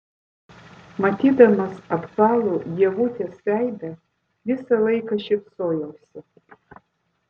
matydamas apvalų ievutės veidą visą laiką šypsojausi